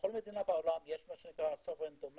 בכל מדינה בעולם יש sovereign domain